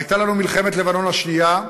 הייתה לנו מלחמת לבנון השנייה.